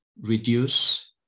reduce